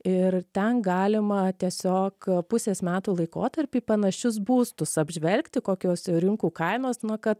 ir ten galima tiesiog pusės metų laikotarpy panašius būstus apžvelgti kokios jų rinkų kainos nu kad